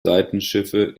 seitenschiffe